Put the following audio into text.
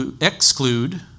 exclude